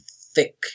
thick